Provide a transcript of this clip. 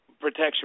protection